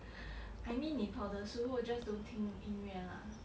I mean 你跑的时候 just don't 听音乐 lah